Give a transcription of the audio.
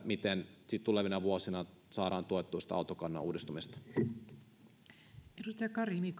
miten sitten tulevina vuosina saadaan tuettua autokannan uudistumista arvoisa